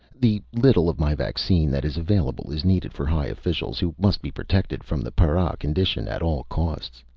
the little of my vaccine that is available is needed for high officials, who must be protected from the para condition at all costs.